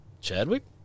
Chadwick